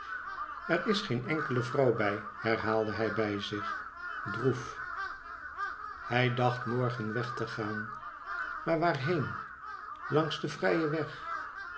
er is geen enkele vrouw bij herhaalde hij bij zich droef hij dacht morgen wcg tc gaan maar waar heen langs den vrijen weg